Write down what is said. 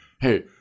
hey